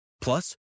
Plus